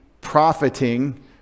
profiting